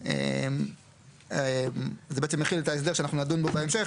את ההסדר שאנחנו נדון בו בהמשך.